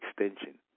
extension